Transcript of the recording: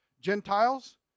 Gentiles